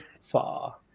far